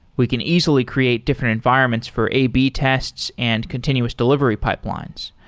we can easily create different environments for ab tests and continuous delivery pipelines.